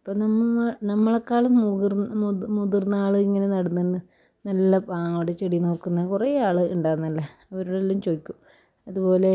ഇപ്പം നമ്മൾ നമ്മളെക്കാളും മുതിർന്ന ആൾ എങ്ങനെ നടുന്നത് എന്ന് നല്ല പാങ്ങോടെ ചെടി നോക്കുന്ന കുറേ ആൾ ഉണ്ടായിരുന്നില്ലേ അവരോടെല്ലാം ചോദിക്കും അതുപോലെ